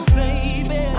baby